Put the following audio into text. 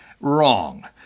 Wrong